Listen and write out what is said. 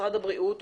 משרד הבריאות,